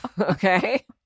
Okay